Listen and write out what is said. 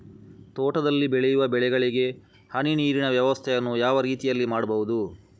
ತೋಟದಲ್ಲಿ ಬೆಳೆಯುವ ಬೆಳೆಗಳಿಗೆ ಹನಿ ನೀರಿನ ವ್ಯವಸ್ಥೆಯನ್ನು ಯಾವ ರೀತಿಯಲ್ಲಿ ಮಾಡ್ಬಹುದು?